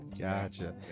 gotcha